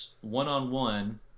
one-on-one